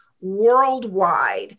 worldwide